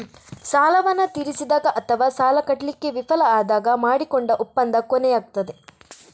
ಸಾಲವನ್ನ ತೀರಿಸಿದಾಗ ಅಥವಾ ಸಾಲ ಕಟ್ಲಿಕ್ಕೆ ವಿಫಲ ಆದಾಗ ಮಾಡಿಕೊಂಡ ಒಪ್ಪಂದ ಕೊನೆಯಾಗ್ತದೆ